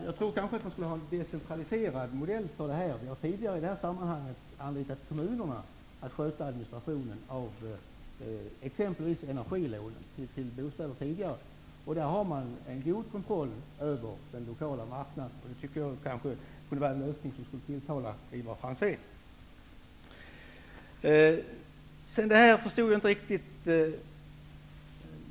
Man skulle kanske ha en decentraliserad modell. Vi har tidigare anlitat kommunerna att sköta administrationen av exempelvis energilånen. På kommunerna har man en god kontroll över den lokala marknaden. Den lösningen borde tilltala även Ivar Franzén.